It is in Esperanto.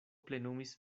plenumis